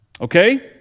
okay